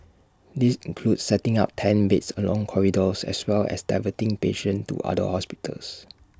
these include setting up tent beds along corridors as well as diverting patients to other hospitals